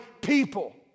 people